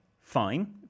fine